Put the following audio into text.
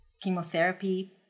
chemotherapy